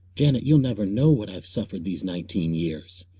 janet, you'll never know what i've suffered these nineteen years.